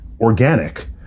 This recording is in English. organic